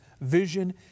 vision